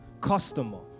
customer